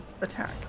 attack